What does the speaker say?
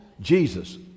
Jesus